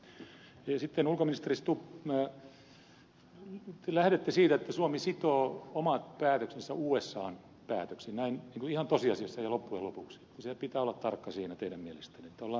sitten ulkoministeri stubb te lähdette siitä että suomi sitoo omat päätöksensä usan päätöksiin näin niin kuin ihan tosiasiassa ja loppujen lopuksi että siellä pitää olla tarkka siinä teidän mielestänne että ollaan samoilla linjoilla